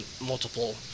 multiple